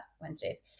Wednesdays